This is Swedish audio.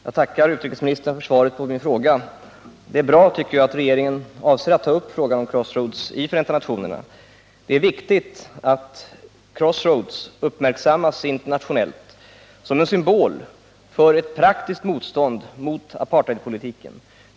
Herr talman! Jag tackar utrikesministern för svaret på min fråga. Det är bra att regeringen avser att ta upp frågan om Crossroads i Förenta nationerna. Det är viktigt att Crossroads uppmärksammas internationellt som en symbol för ett praktiskt motstånd mot apartheidpolitiken.